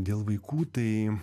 dėl vaikų tai